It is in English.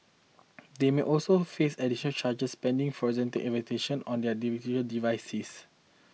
they may also face additional charges pending forensic investigation on their digital devices